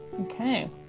okay